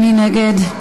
מי נגד?